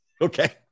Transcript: Okay